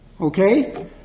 okay